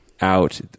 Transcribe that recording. out